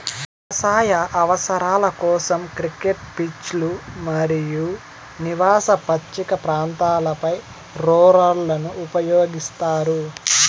వ్యవసాయ అవసరాల కోసం, క్రికెట్ పిచ్లు మరియు నివాస పచ్చిక ప్రాంతాలపై రోలర్లను ఉపయోగిస్తారు